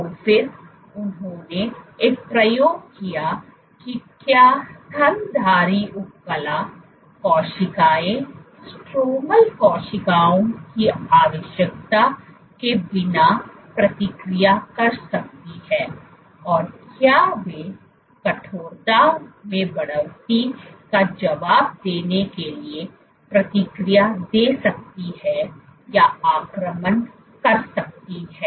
तो फिर उन्होंने एक प्रयोग किया कि क्या स्तनधारी उपकला कोशिकाएं स्ट्रोमल कोशिकाओं की आवश्यकता के बिना प्रतिक्रिया कर सकती हैं और क्या वे कठोरता में बड़वती का जवाब देने के लिए प्रतिक्रिया दे सकती हैं या आक्रमण कर सकती हैं